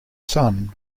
son